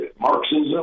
Marxism